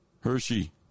Hershey